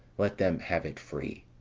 let them have it free.